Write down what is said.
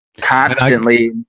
Constantly